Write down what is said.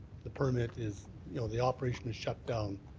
the permit is you know the operation is shut down,